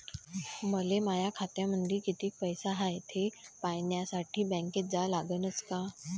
मले माया खात्यामंदी कितीक पैसा हाय थे पायन्यासाठी बँकेत जा लागनच का?